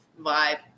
vibe